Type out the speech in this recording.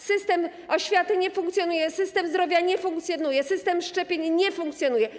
System oświaty nie funkcjonuje, system zdrowia nie funkcjonuje, system szczepień nie funkcjonuje.